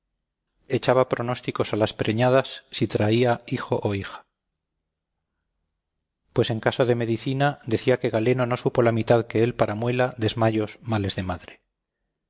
echaba pronósticos a las preñadas si traía hijo o hija pues en caso de medicina decía que galeno no supo la mitad que él para muela desmayos males de madre